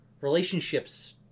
relationships